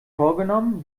vorgenommen